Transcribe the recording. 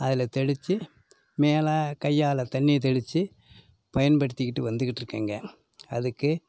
அதில் தெளிச்சு மேலே கையால் தண்ணியை தெளிச்சு பயன்படுத்திக்கிட்டு வந்துக்கிட்டுருக்கேங்க அதுக்கு